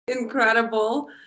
incredible